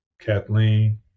Kathleen